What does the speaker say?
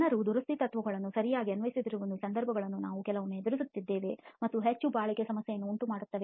ಜನರು ದುರಸ್ತಿ ತತ್ವಗಳನ್ನು ಸರಿಯಾಗಿ ಅನ್ವಯಿಸದಿರುವ ಸಂದರ್ಭಗಳನ್ನು ನಾವು ಕೆಲವೊಮ್ಮೆ ಎದುರಿಸುತ್ತೇವೆ ಮತ್ತು ಹೆಚ್ಚು ಬಾಳಿಕೆ ಸಮಸ್ಯೆಗಳನ್ನು ಉಂಟುಮಾಡುತ್ತೇವೆ